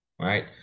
right